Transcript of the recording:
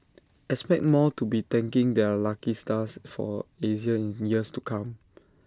expect more to be thanking their lucky stars for Asia in years to come